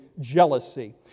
jealousy